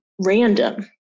random